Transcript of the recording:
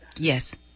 Yes